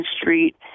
Street